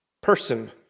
person